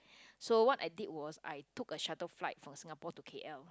so what I did was I took a shuttle flight from Singapore to k_l